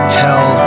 hell